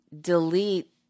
delete